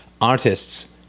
artists